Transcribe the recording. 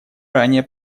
ранее